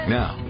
now